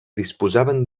disposaven